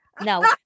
No